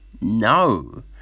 no